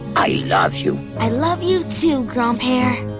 i love you. i love you, too, grandpere.